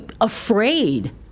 afraid